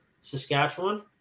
Saskatchewan